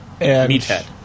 Meathead